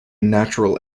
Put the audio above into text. natural